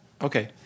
Okay